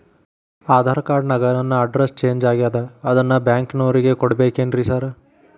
Aadhaar card ನ್ಯಾಗ ನನ್ address change ಆಗ್ಯಾದ ಅದನ್ನ ಬ್ಯಾಂಕಿನೊರಿಗೆ ಕೊಡ್ಬೇಕೇನ್ರಿ ಸಾರ್?